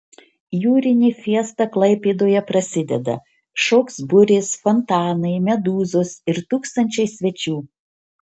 jūrinė fiesta klaipėdoje prasideda šoks burės fontanai medūzos ir tūkstančiai svečių